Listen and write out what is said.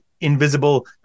invisible